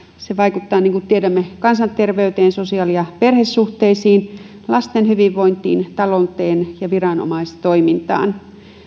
se vaikuttaa niin kuin tiedämme kansanterveyteen sosiaalisiin ja perhesuhteisiin lasten hyvinvointiin talouteen ja viranomaistoimintaan